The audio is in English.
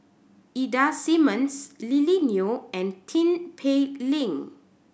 Ida Simmons Lily Neo and Tin Pei Ling